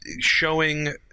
showing